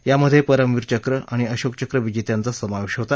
यामध्ये परमवीर चक्र आणि अशोकचक्र विजेत्यांचा समावेश होता